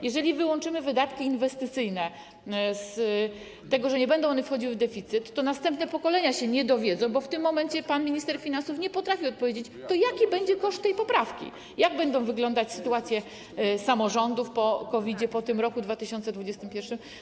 Jeżeli wyłączymy wydatki inwestycyjne z tego, tak że nie będą one wchodziły do deficytu, to następne pokolenia tego się nie dowiedzą, bo w tym momencie pan minister finansów nie potrafi powiedzieć, jaki będzie koszt tej poprawki, jak będzie wyglądać sytuacja samorządów po COVID, po roku 2021.